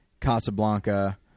Casablanca